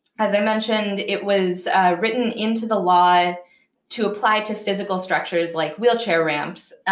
as i mentioned, it was written into the law to apply to physical structures like wheelchair ramps,